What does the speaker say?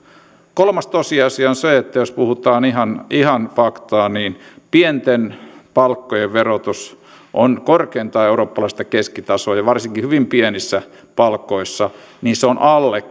kolmas tosiasia on se jos puhutaan ihan ihan faktaa että pienten palkkojen verotus on korkeintaan eurooppalaista keskitasoa ja varsinkin hyvin pienissä palkoissa se on alle